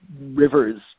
rivers